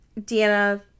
Deanna